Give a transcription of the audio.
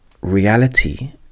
reality